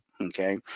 Okay